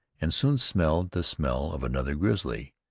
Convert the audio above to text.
and soon smelled the smell of another grizzly.